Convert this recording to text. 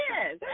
Yes